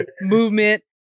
movement